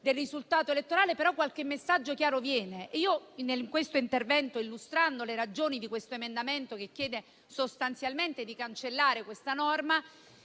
del risultato elettorale però qualche messaggio chiaro viene. In questo intervento, illustrando le ragioni di questo emendamento, che chiede sostanzialmente di cancellare questa norma,